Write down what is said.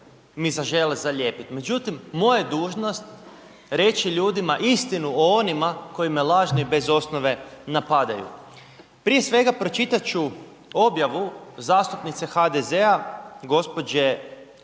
mi zažele zalijepiti. Međutim moja je dužnost reći ljudima istinu o onima koji me lažno i bez osnove napadaju. Prije svega pročitat ću objavu zastupnice HDZ-a gospođe